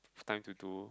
time to do